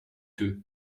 too